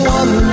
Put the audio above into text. one